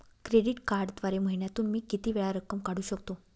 Credit कार्डद्वारे महिन्यातून मी किती वेळा रक्कम काढू शकतो?